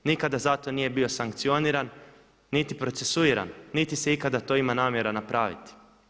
Nikada za to nije bio sankcioniran niti procesuiran niti se ikada to ima namjera napraviti.